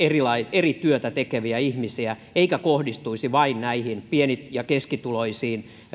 eri työtä tekeviä ihmisiä eikä kohdistuisi vain näihin pieni ja keskituloisiin